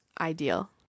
ideal